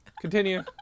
Continue